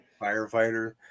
firefighter